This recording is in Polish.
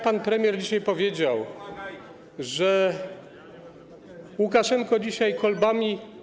Pan premier dzisiaj powiedział, że Łukaszenka dzisiaj kolbami.